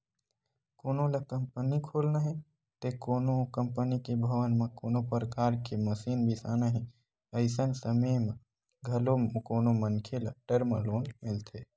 कोनो ल कंपनी खोलना हे ते कोनो कंपनी के भवन म कोनो परकार के मसीन बिसाना हे अइसन समे बर घलो कोनो मनखे ल टर्म लोन मिलथे